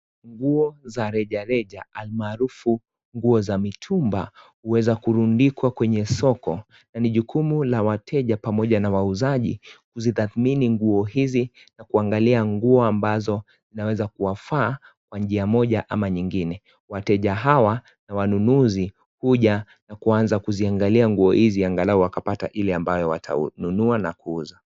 Nguo za reja reja almarufu nguo za mitumba huweza kurundikwa kwenye soko na ni jukumu la wateja pamoja na wauzaji kuzitatmini nguo hizi na kuangalia nguo ambazo inaweza kuwafaa kwa njia moja ama nyingine. Wateja hawa na wanunuzi huja na kuanza kuziangalia nguo hizi angalau wakapata ili ambayo watanunua na kuuza.